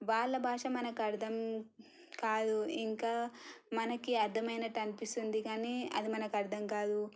వాళ్ళ భాష మనకు అర్థం కాదు ఇంకా మనకి అర్థమైనట్టు అనిపిస్తుంది కానీ అది మనకు అర్థం గాదు